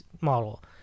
model